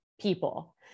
people